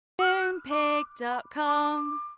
Moonpig.com